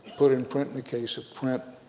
put in print in the case of print,